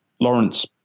Lawrence